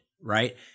right